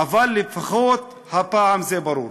אבל לפחות הפעם זה ברור.